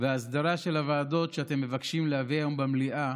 וההסדרה של הוועדות שאתם מבקשים להביא היום במליאה